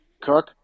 cook